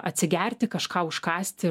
atsigerti kažką užkąsti